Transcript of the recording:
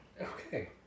Okay